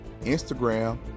Instagram